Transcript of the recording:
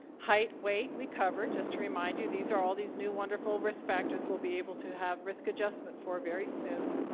height, weight we covered just to remind you, these are all these new wonderful risk factors we'll be able to have risk adjustment for very soon.